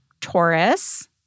Taurus